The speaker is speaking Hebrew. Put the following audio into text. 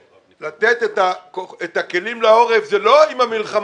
לפיה לתת את הכלים לעורף זה לא אם המלחמה